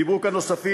דיברו כאן נוספים,